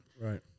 Right